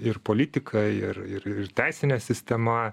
ir politikai ir ir ir teisinė sistema